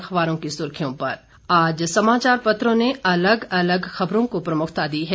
अखबारों की सुर्खियों पर आज समाचार पत्रों ने अलग अलग खबरों को प्रमुखता दी है